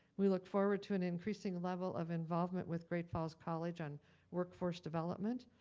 we look forward to an increasing level of involvement with great falls college on workforce development,